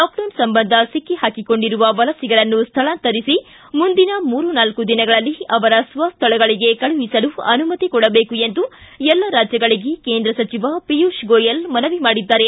lockdown ಸಂಬಂಧ ಸಿಕ್ಕಿ ಹಾಕಿಕೊಂಡಿರುವ ವಲಸಿಗರನ್ನು ಸ್ವಳಾಂತರಿಸಿ ಮುಂದಿನ ಮೂರು ನಾಲ್ಕು ದಿನಗಳಲ್ಲಿ ಅವರ ಸ್ವಸ್ಥಳಗಳಿಗೆ ಕಳುಹಿಸಲು ಅನುಮತಿ ಕೊಡಬೇಕು ಎಂದು ಎಲ್ಲ ರಾಜ್ಯಗಳಿಗೆ ಕೇಂದ್ರ ಸಚಿವ ಪಿಯುಷ್ ಗೊಯೆಲ್ ಮನವಿ ಮಾಡಿದ್ದಾರೆ